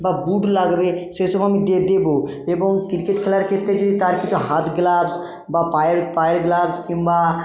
বা বুট লাগবে সেসব আমি দেবো এবং ক্রিকেট খেলার ক্ষেত্রে যদি তার কিছু হাত গ্লাভস বা পায়ের পায়ের গ্লাভস কিংবা